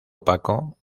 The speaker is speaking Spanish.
opaco